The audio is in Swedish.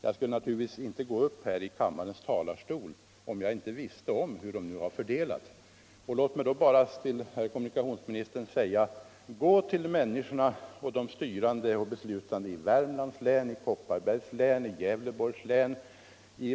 Jag skulle naturligtvis inte gå upp här i kammarens talarstol om jag inte visste detta. Låt mig bara till kommunikationsministern säga: Gå till människorna och de styrande i Värmlands län, Kopparbergs län, Gävleborgs län.